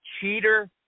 Cheater